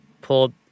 pulled